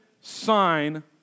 sign